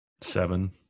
Seven